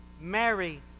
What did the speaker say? Mary